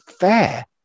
fair